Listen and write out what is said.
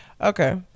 Okay